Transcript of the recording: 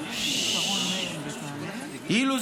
אילוז,